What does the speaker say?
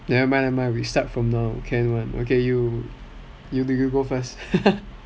nevermind nevermind we start from now can [one] okay you you go first s